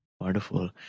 Wonderful